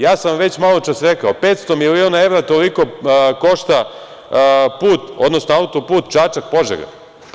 Ja sam već maločas rekao, 500 miliona evra, toliko košta put, odnosno auto-put Čačak-Požega.